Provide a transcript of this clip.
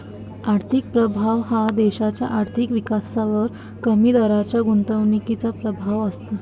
आर्थिक प्रभाव हा देशाच्या आर्थिक विकासावर कमी दराच्या गुंतवणुकीचा प्रभाव असतो